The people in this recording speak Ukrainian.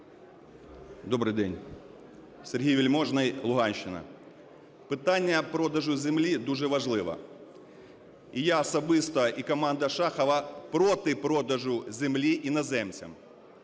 Добрий день! Сергій Вельможний, Луганщина. Питання продажу дуже важливе. І я особисто, і команда Шахова проти продажу землі іноземцям.